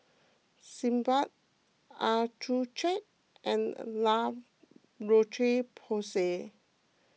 Sebamed Accucheck and La Roche Porsay